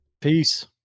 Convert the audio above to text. Peace